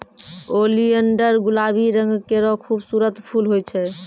oleander गुलाबी रंग केरो खूबसूरत फूल होय छै